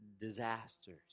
disasters